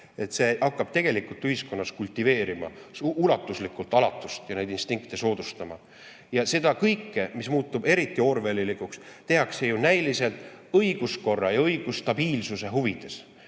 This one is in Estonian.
see hakkab tegelikult ühiskonnas kultiveerima ulatuslikult alatust ja neid instinkte soodustama. Seda kõike, mis muutub eriti orwellilikuks, tehakse ju näiliselt õiguskorra ja õigusstabiilsuse huvides.